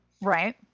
Right